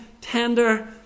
tender